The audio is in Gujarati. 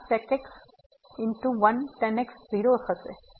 તેથી આ sec x 1 tan x 0 હશે